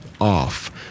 off